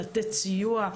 לתת סיוע,